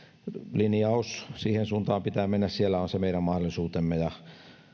linjaus siihen suuntaan pitää mennä siellä on se meidän mahdollisuutemme ja